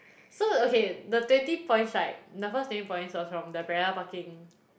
so okay the twenty points right the first twenty points was from the parallel parking